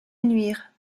nuire